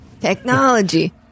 Technology